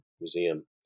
Museum